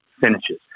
finishes